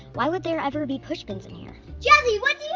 why would there ever be push pins in here? jazzy what do you